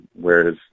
whereas